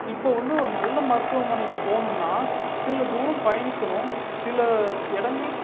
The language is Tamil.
இப்போ வந்து ஒரு நல்ல மருத்துவமனைக்கு போகணும்னா சில தூரம் பயணிக்கணும் சில இடங்கள்